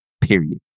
period